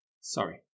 Sorry